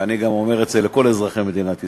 ואני גם אומר את זה לכל אזרחי מדינת ישראל,